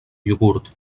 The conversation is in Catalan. iogurt